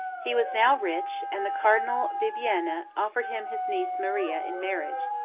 he was now rich, and the cardinal bibbiena offered him his niece maria in marriage.